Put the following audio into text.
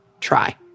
try